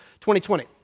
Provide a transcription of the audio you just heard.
2020